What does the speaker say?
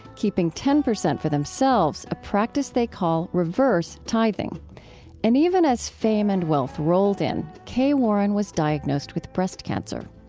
keeping ten percent for themselves, a practice they call reverse tithing and even as fame and wealth rolled in, kay warren was diagnosed with breast cancer.